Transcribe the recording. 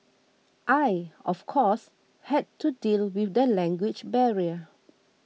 I of course had to deal with the language barrier